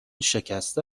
شکسته